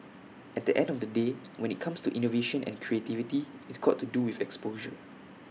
at the end of the day when IT comes to innovation and creativity it's got to do with exposure